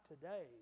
today